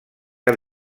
que